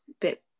bit